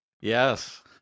Yes